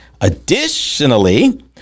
Additionally